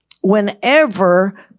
whenever